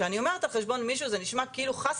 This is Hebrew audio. כשאני אומרת על חשבון מישהו זה נשמע כאילו חס